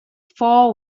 fall